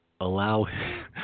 allow